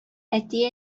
әти